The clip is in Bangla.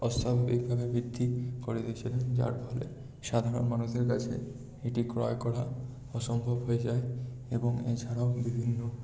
অস্বাভাবিকভাবে বৃদ্ধি করে দিয়েছিলেন যার ফলে সাধারণ মানুষদের কাছে এটি ক্রয় করা অসম্ভব হয়ে যায় এবং এছাড়াও বিভিন্ন